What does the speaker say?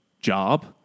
job